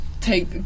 take